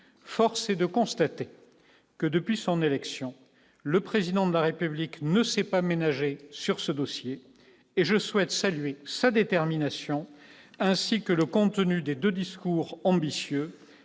force est de constater que depuis son élection, le président de la République ne s'est pas ménagé sur ce dossier et je souhaite saluer sa détermination, ainsi que le contenu des 2 discours ambitieux